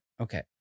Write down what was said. Okay